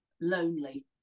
lonely